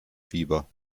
fieber